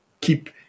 keep